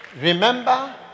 Remember